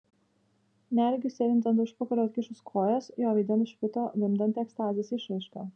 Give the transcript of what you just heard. neregiui sėdint ant užpakalio atkišus kojas jo veide nušvito vimdanti ekstazės išraiška